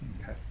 Okay